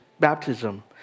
baptism